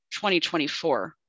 2024